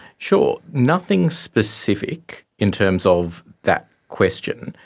sure. nothing specific in terms of that question,